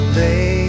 lay